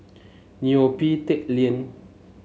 Neo Pee Teck Lane